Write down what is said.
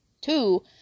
two